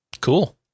Cool